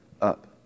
up